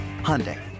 Hyundai